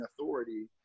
authority